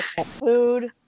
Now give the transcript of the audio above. food